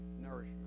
nourishment